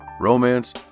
romance